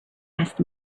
asked